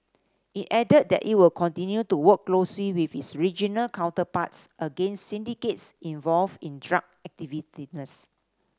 it added that it will continue to work closely with its regional counterparts against syndicates involved in drug